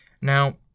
Now